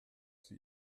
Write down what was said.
sie